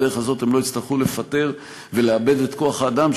כך הם לא יצטרכו לפטר ולאבד את כוח-האדם,